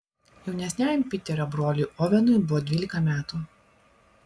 jaunesniajam piterio broliui ovenui buvo dvylika metų